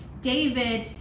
David